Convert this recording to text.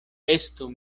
estu